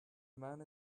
man